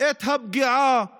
את הפגיעה באזרחים,